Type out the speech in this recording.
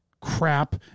crap